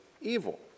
evil